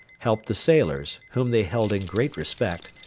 helped the sailors, whom they held in great respect,